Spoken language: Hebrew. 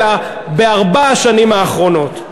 אלא בארבע השנים האחרונות.